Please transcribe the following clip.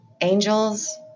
angels